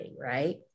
right